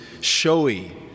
showy